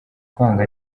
kwanga